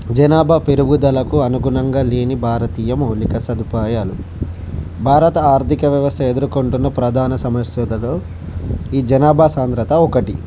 జనాభా పెరుగుదలకు అనుకూలంగా లేనిది భారతీయ మౌలిక సదుపాయాలు భారత ఆర్థిక వ్యవస్థ ఎదుర్కొంటున్న ప్రధాన సమస్యలలో ఈ జనాభా సాంద్రత ఒకటి